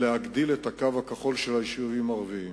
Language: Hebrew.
להגדיל את הקו הכחול של היישובים הערביים.